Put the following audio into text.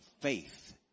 faith